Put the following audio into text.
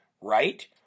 right